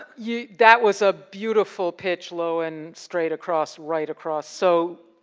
yeah that was a beautiful pitch, low and straight across, right across. so,